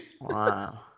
Wow